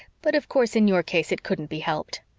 but, of course, in your case it couldn't be helped.